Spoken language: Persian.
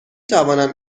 توانم